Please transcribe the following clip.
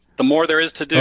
the more there is to